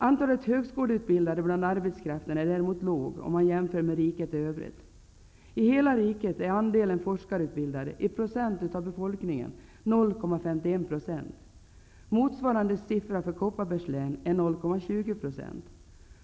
Antalet högskoleutbildade bland arbetskraften är däremot låg om man jämför med riket i övrigt. I hela riket är andelen forskarutbildade i procent av befolkningen 0,20 %.